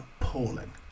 appalling